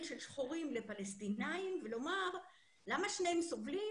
של שחורים לפלשתינאים ולומר למה שניהם סובלים,